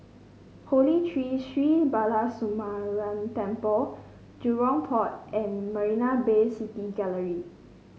Holy Tree Sri Balasubramaniar Temple Jurong Port and Marina Bay City Gallery